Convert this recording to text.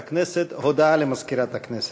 הודעה למזכירת הכנסת.